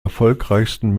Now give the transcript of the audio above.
erfolgreichsten